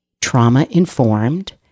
trauma-informed